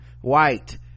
White